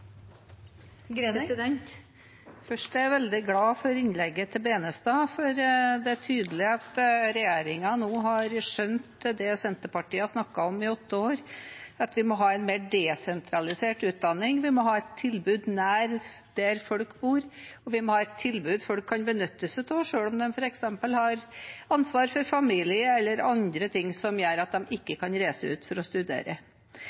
at regjeringen nå har skjønt det Senterpartiet har snakket om i åtte år, at vi må ha en mer desentralisert utdanning, vi må ha et tilbud nær der folk bor, og vi må ha et tilbud folk kan benytte seg av, selv om de f.eks. har ansvar for familie eller andre ting som gjør at de ikke kan reise ut for å studere.